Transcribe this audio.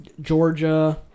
Georgia